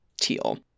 Teal